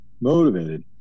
motivated